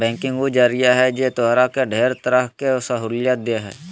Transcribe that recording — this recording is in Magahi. बैंकिंग उ जरिया है जे तोहरा के ढेर तरह के सहूलियत देह हइ